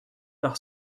par